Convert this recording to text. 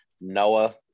Noah